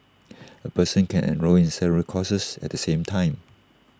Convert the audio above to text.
A person can enrol in several courses at the same time